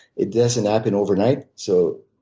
it doesn't happen overnight so